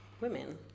Women